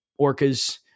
orcas